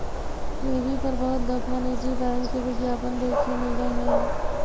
TV पर बहुत दफा निजी बैंक के विज्ञापन देखे मिला हई